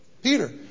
Peter